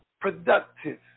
productive